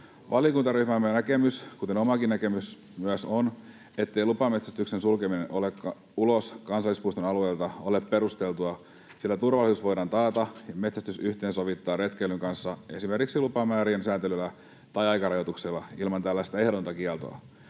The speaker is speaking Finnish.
Valiokuntaryhmämme näkemys, kuten myös omakin näkemykseni, on, ettei lupametsästyksen sulkeminen ulos kansallispuiston alueelta ole perusteltua, sillä turvallisuus voidaan taata ja metsästys yhteensovittaa retkeilyn kanssa esimerkiksi lupamäärien säätelyllä tai aikarajoituksilla ilman tällaista ehdotonta kieltoa.